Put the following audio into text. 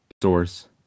stores